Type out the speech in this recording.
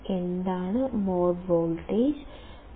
common mode voltage എന്താണ്